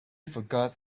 forgot